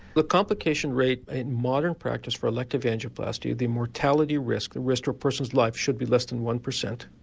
the complication rate in modern practice for elective angioplasty the mortality risk, the risk to a person's life should be less than one percent.